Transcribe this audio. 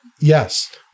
Yes